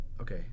Okay